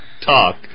talk